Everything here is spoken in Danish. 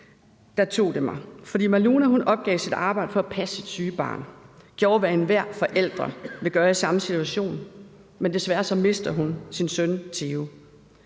tog det mig, for Maluna opgav sit arbejde for at passe sit syge barn. Hun gjorde, hvad enhver forælder ville gøre i samme situation, men desværre mistede hun sin søn Theo.